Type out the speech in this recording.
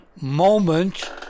moment